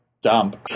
dump